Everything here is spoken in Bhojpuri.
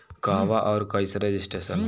कहवा और कईसे रजिटेशन होई?